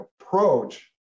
approach